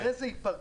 אחרי זה היא פרקה,